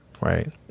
right